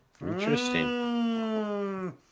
Interesting